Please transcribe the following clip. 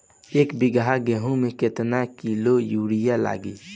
एक बीगहा गेहूं में केतना किलो युरिया लागी?